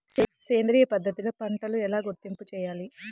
సేంద్రియ పద్ధతిలో పంటలు ఎలా గుర్తింపు చేయాలి?